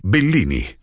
Bellini